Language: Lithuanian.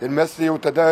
ir mes jau tada